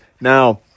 now